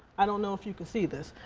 i don't know if you can see this,